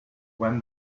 when